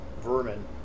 vermin